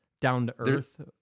down-to-earth